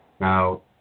now